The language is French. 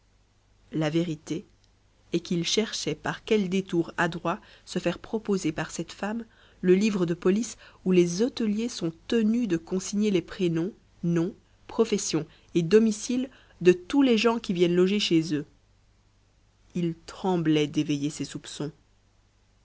la vérité est qu'il cherchait par quel détour adroit se faire proposer par cette femme le livre de police où les hôteliers sont tenus de consigner les prénoms noms profession et domicile de tous les gens qui viennent loger chez eux il tremblait d'éveiller ses soupçons